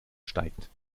steigt